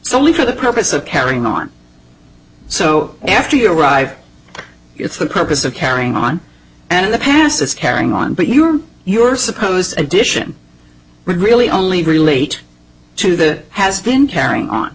solely for the purpose of carrying on so after you arrive it's the purpose of carrying on and in the past is carrying on but you are you're supposed addition really only relate to that has been carrying on